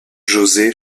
josé